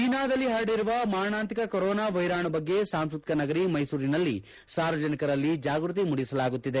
ಚೀನಾದಲ್ಲಿ ಹರಡಿರುವ ಮಾರಣಾಂತಿಕ ಕೊರೊನಾ ವೈರಾಣು ಬಗ್ಗೆ ಸಾಂಸ್ಕೃತಿಕ ನಗರಿ ಮೈಸೂರಿನಲ್ಲಿ ಸಾರ್ವಜನಿಕರಲ್ಲಿ ಜಾಗ್ಬತಿ ಮೂಡಿಸಲಾಗುತ್ತಿದೆ